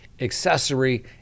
accessory